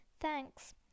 thanks